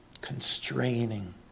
constraining